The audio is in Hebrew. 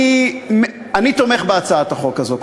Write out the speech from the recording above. אני תומך בהצעת החוק הזו,